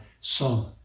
Son